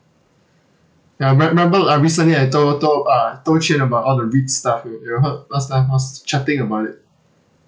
ya me~ remember I recently I told told uh told chin about all the REITs stuff you you heard last time I was chatting about it